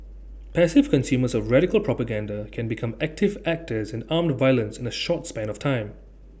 passive consumers of radical propaganda can become active actors in armed violence in A short span of time